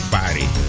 body